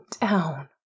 down